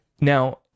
Now